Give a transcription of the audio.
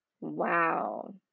Wow